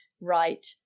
right